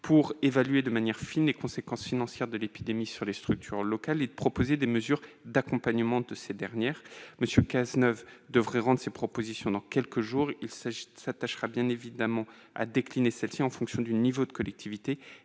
pour évaluer de manière fine les conséquences financières de l'épidémie sur les structures locales et proposer, en leur faveur, des mesures d'accompagnement. M. Cazeneuve devrait rendre ses propositions dans quelques jours. Il s'attachera bien entendu à les décliner en fonction du niveau de collectivité,